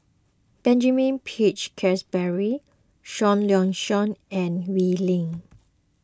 Benjamin Peach Keasberry Seah Liang Seah and Wee Lin